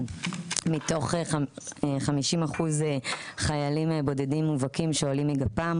מתוך 50% חיילים בודדים מובהקים שעולים בגפם